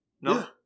No